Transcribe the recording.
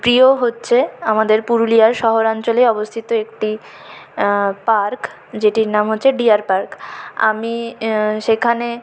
প্রিয় হচ্ছে আমাদের পুরুলিয়ার শহরাঞ্চলেই অবস্থিত একটি পার্ক যেটির নাম হচ্ছে ডিয়ার পার্ক আমি সেখানে